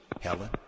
helen